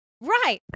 right